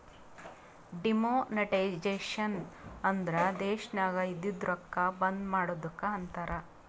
demonetisation ಅಂದುರ್ ದೇಶನಾಗ್ ಇದ್ದಿದು ರೊಕ್ಕಾ ಬಂದ್ ಮಾಡದ್ದುಕ್ ಅಂತಾರ್